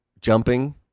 jumping